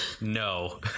no